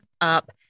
up